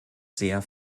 sehr